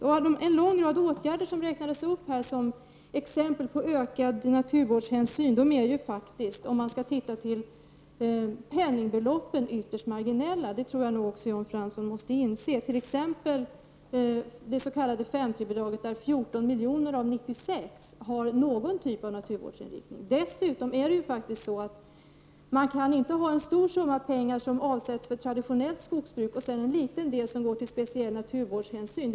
De åtgärder som här räknades upp som exempel på ökad naturvårdshänsyn är — om man ser till penningbeloppen — ytterst marginella. Det tror jag att också Jan Fransson inser. Som exempel kan nämnas det s.k. 5 § 3-bidraget, där 14 milj.kr. av 96 milj.kr. har någon typ av naturvårdsinriktning. Dessutom kan man inte samtidigt ha en stor summa pengar som avsätts för traditionellt skogsbruk och en liten del som går till speciell naturvårdshänsyn.